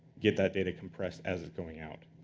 get that data compressed as it's going out.